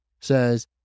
says